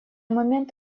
момент